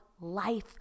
life